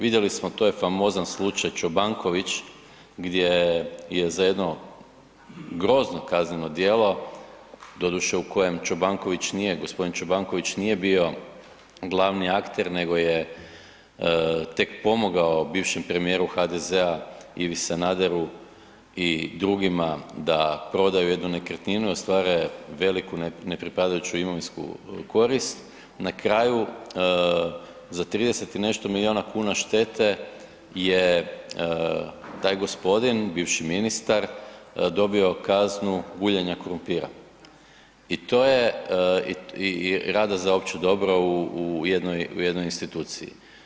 Vidjeli smo to ja famozan slučaj Čobanković gdje je za jedno grozno kazneno djelo, doduše u kojem Čobanković nije gospodin Čobanković nije bio glavni akter nego je tek pomogao bivšem premijeru HDZ-a Ivi Sanaderu i drugima da prodaju jednu nekretninu i ostvare veliku ne pripadajuću imovinsku korist, na kraju za 30 i nešto milijuna štete je taj gospodin, bivši ministar dobio kaznu guljenja krumpira i rada za opće dobro u jednoj instituciji.